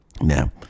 now